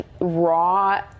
raw